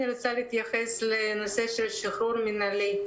אני רוצה להתייחס גם לנושא של שחרור מינהלי.